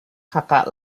kakak